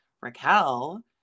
Raquel